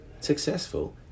successful